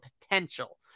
potential